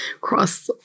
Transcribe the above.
cross